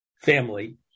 family